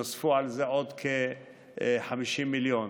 נוספו על זה כ-50 מיליון,